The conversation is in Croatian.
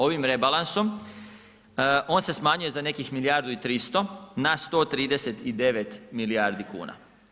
Ovim rebalansom on se smanjuje za nekih milijardu 300 na 139 milijardi kuna.